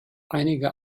einige